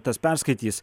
tas perskaitys